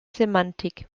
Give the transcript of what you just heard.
semantik